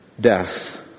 death